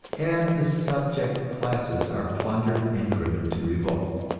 and the subject classes are plundered and driven to revolt.